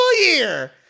year